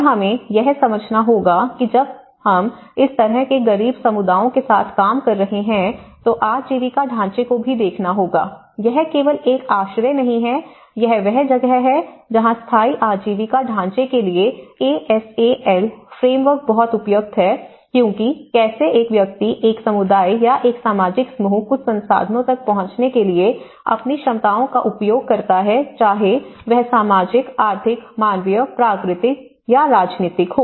और हमें यह समझना होगा कि जब हम इस तरह के गरीब समुदायों के साथ काम कर रहे हैं तो आजीविका ढांचे को भी देखना होगा यह केवल एक आश्रय नहीं है यह वह जगह है जहां स्थायी आजीविका ढांचे के लिए A S A L framework बहुत उपयुक्त है क्योंकि कैसे एक व्यक्ति या एक समुदाय या एक सामाजिक समूह कुछ संसाधनों तक पहुँचने के लिए अपनी क्षमताओं का उपयोग करता है चाहे वह सामाजिक आर्थिक मानवीय प्राकृतिक राजनीतिक हो